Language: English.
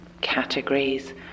categories